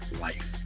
life